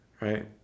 right